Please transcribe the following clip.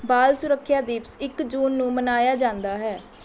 ਬਾਲ ਸੁਰੱਖਿਆ ਦਿਵਸ ਇੱਕ ਜੂਨ ਨੂੰ ਮਨਾਇਆ ਜਾਂਦਾ ਹੈ